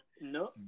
No